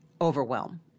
overwhelm